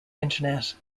internet